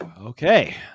Okay